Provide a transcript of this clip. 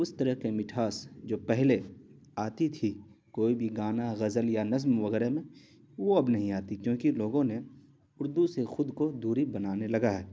تو اس طرح کا مٹھاس جو پہلے آتی تھی کوئی بھی گانا غزل یا نظم وغیرہ میں وہ اب نہیں آتی کیونکہ لوگوں نے اردو سے خود کو دوری بنانے لگا ہے